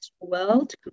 world